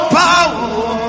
power